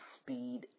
speed